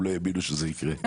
הם לא האמינו שזה יקרה.